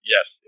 Yes